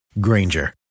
Granger